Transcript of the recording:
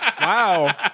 Wow